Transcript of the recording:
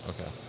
Okay